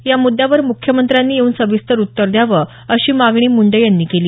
या मुद्यावर मुख्यमंत्र्यांनी येऊन सविस्तर उत्तर द्यावं अशी मागणी मुंडे यांनी केली